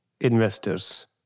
investors